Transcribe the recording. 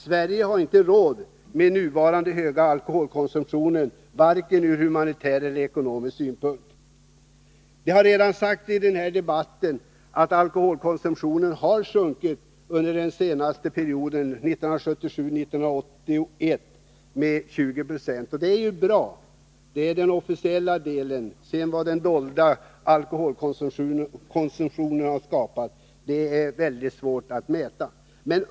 Sverige har inte råd med nuvarande höga alkoholkonsumtion — varken ur humanitär eller ekonomisk synvinkel. Det har redan sagts i dagens debatt att alkoholkonsumtionen har sjunkit under den senaste perieden, 1977-1981, med 20 90. Det är bra. Detta är den officiella statistiken. Vad sedan den dolda alkoholkonsumtionen har skapat är svårt att mäta.